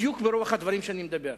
בדיוק ברוח הדברים שאני מדבר.